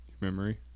memory